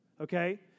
Okay